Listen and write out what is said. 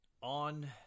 On